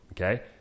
Okay